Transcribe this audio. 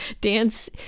Dance